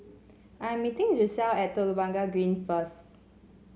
I am meeting Giselle at Telok Blangah Green first